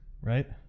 right